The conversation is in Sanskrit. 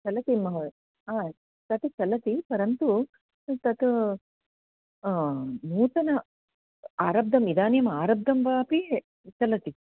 चलति महोदया तत् चलति परन्तु तत् नूतनम् आरब्धम् इदानीम् आरब्धं वापि चलति